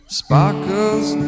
sparkles